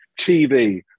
TV